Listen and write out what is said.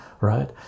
right